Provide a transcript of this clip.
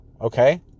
Okay